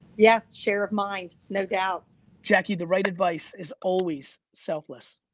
yeah, share of mind no doubt jackie, the right advice is always selfless.